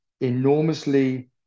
enormously